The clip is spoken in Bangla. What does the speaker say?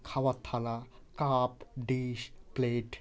খাওয়ার থালা কাপ ডিশ প্লেট